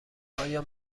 آیا